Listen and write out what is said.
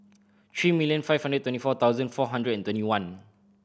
three million five hundred and twenty four thousand four hundred and twenty one